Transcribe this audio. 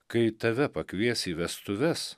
kai tave pakvies į vestuves